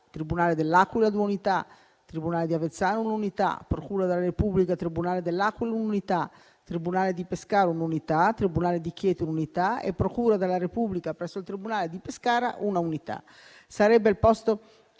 tribunale dell'Aquila, due unità; tribunale di Avezzano, un'unità; procura della Repubblica presso il tribunale dell'Aquila, un'unità; tribunale di Pescara, un'unità; tribunale di Chieti, un'unità, e procura della Repubblica presso il tribunale di Pescara, un'unità. Sebbene il posto